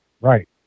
Right